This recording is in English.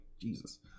Jesus